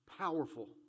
Powerful